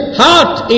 heart